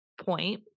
point